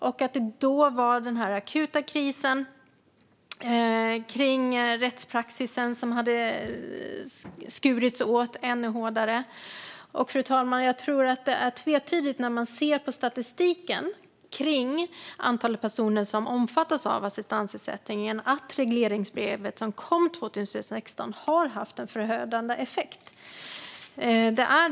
Då hade vi den akuta kris som gällde den rättspraxis som hade kringskurits ännu mer. Jag tror att den statistik som anger antalet personer som omfattas av assistansersättning, fru talman, otvetydigt visar att det regleringsbrev som kom 2016 fick en förödande effekt.